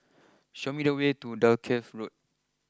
show me the way to Dalkeith Road